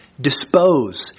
dispose